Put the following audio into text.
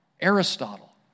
Aristotle